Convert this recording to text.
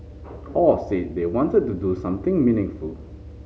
all said they wanted to do something meaningful